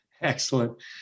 Excellent